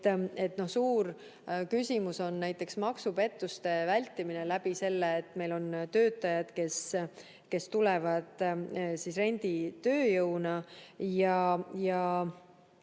Suur küsimus on näiteks maksupettuste vältimine selle kaudu, et meil on töötajad, kes tulevad renditööjõuna.